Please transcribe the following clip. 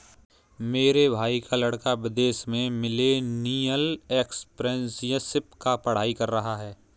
मेरे भाई का लड़का विदेश में मिलेनियल एंटरप्रेन्योरशिप पर पढ़ाई कर रहा है